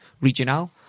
Regional